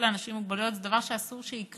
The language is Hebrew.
לאנשים עם מוגבלויות זה דבר שאסור שיקרה,